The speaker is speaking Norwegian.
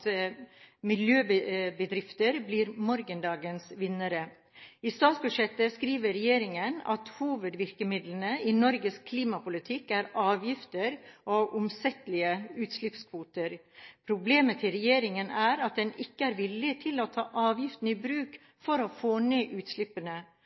miljøbedrifter blir morgendagens vinnere. I statsbudsjettet skriver regjeringen at hovedvirkemidlene i Norges klimapolitikk er avgifter og omsettelige utslippskvoter. Problemet til regjeringen er at den ikke er villig til å ta avgiftene i